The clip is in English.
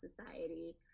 Society